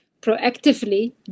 proactively